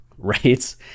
right